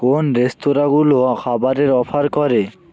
কোন রেস্তোরাঁগুলো খাবারের অফার করে